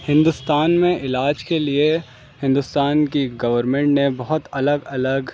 ہندوستان میں علاج کے لیے ہندوستان کی گورنمنٹ نے بہت الگ الگ